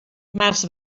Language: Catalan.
març